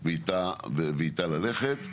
ואיתה ללכת.